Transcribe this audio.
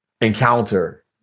encounter